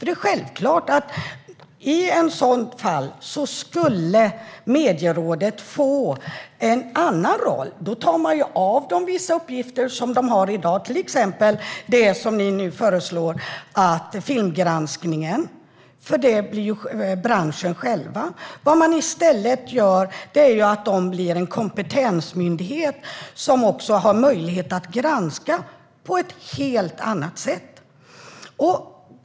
Det är självklart att Medierådet i så fall skulle få en annan roll. Det skulle bli av med vissa uppgifter som det har i dag, till exempel det ni nu föreslår: filmgranskningen, som skulle ligga hos branschen själv. I stället blir det en kompetensmyndighet, som också har möjlighet att granska på ett helt annat sätt.